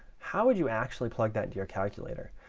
how would you actually plug that to your calculator?